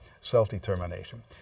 self-determination